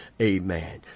Amen